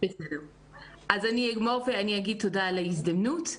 אז אני אגמור ואגיד תודה על ההזדמנות.